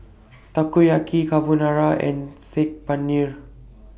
Takoyaki Carbonara and Saag Paneer